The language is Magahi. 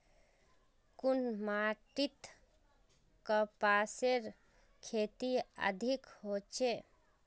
कुन माटित कपासेर खेती अधिक होचे?